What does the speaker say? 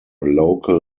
local